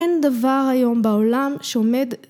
אין דבר היום בעולם שעומד